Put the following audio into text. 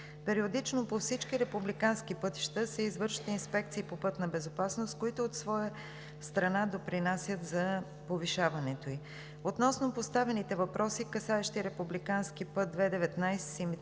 Периодично по всички републикански пътища се извършват инспекции по пътна безопасност, които от своя страна допринасят за повишаването ѝ. Относно поставените въпроси, касаещи република път II-19